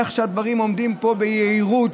איך שהדברים עומדים פה ביהירות,